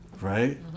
right